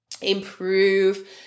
improve